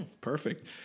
Perfect